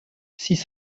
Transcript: six